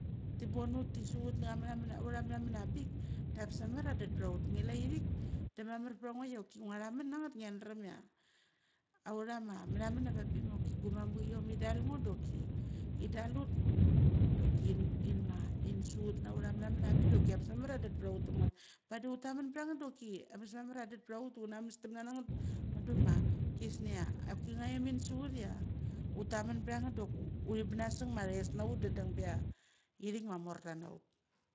Thi bon ut, thi suchuchut nacha mathamon, autha mathamon abik da ngebes mamr chia det patha ut ngila ithik de mamar pecha ngo choki ngua thamon nangat, ngia dram chai autha mamathamon ava bik choki gu mamachiom idal ut doki chin, chin suchat na autha mathamon abik doki angebes mamar chia det patha ut una mestemna na ngat. Mudie ma kisngia choki nga chom insuchut chia utaman batha ngat dok uthi banaseng chia athoes nga ut de deng itjik mo morta nga ut.